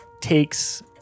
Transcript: takes